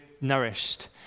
nourished